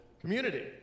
community